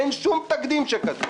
אין שום תקדים שכזה,